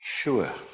Sure